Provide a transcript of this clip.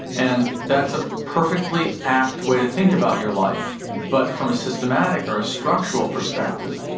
and that's a perfectly apt way to think about your life. but from a systematic or a structural perspective,